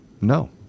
No